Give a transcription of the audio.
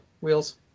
Wheels